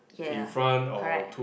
ya correct